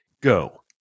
go